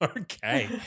Okay